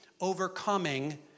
overcoming